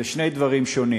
אלה שני דברים שונים.